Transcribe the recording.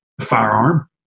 firearm